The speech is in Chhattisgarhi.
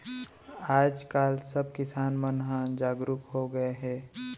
आज काल सब किसान मन ह जागरूक हो गए हे